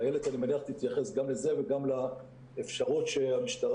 איילת אני מניח תתייחס גם לזה וגם לאפשרות שבמשטרה